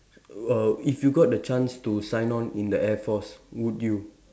err if you got the chance to sign on in the air force would you